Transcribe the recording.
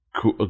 cool